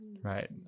right